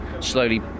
slowly